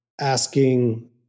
asking